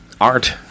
art